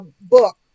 book